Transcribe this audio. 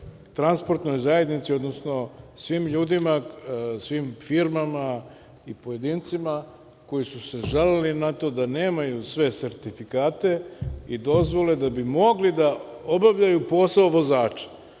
transportnoj zajednici, odnosno svim ljudima, svim firmama i pojedincima koji su se žalili na to da nemaju sve sertifikate i dozvole da bi mogli da obavljaju posao vozača.